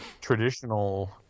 traditional